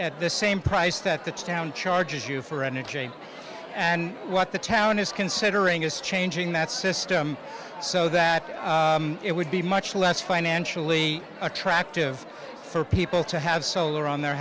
at the same price that the town charges you for energy and what the town is considering is changing that system so that it would be much less financially attractive for people to have solar on their